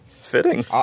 Fitting